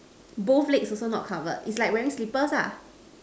both legs also not covered is like wearing slippers ah